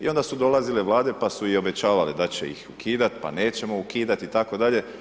I onda su dolazile vlade pa su i obećavale da će ih ukidat, pa nećemo ukidat itd.